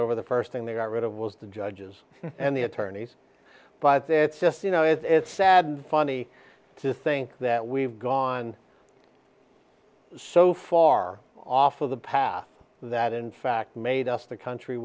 over the first thing they got rid of was the judges and the attorneys but that's just you know it's sad funny to think that we've gone so far off of the path that in fact made us the country